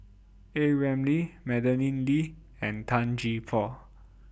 A Ramli Madeleine Lee and Tan Gee Paw